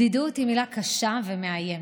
בדידות היא מילה קשה ומאיימת,